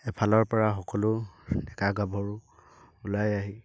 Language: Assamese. এফালৰ পৰা সকলো ডেকা গাভৰু ওলাই আহি